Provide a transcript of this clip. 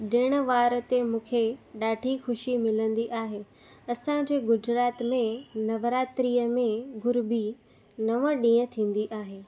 ॾिणवार ते मूंखे ॾाढी ख़ुशी मिलंदी आहे असांजे गुजरात में नवरात्रिअ में गरबी नव ॾींहं थींदी आहे